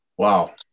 Wow